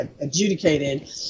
adjudicated